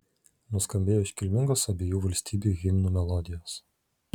nuskambėjo iškilmingos abiejų valstybių himnų melodijos